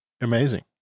amazing